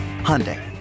Hyundai